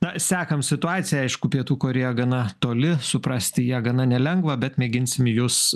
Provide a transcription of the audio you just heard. na sekam situaciją aišku pietų korėja gana toli suprasti ją gana nelengva bet mėginsim jus